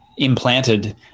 implanted